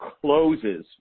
closes